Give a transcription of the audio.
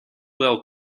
will